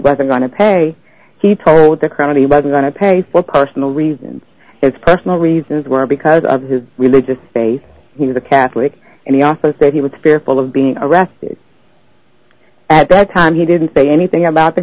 wasn't going to pay he told the crowd he wasn't going to pay for personal reasons his personal reasons were because of his religious faith he was a catholic and he also said he was fearful of being arrested at that time he didn't say anything about the